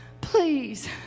please